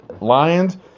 Lions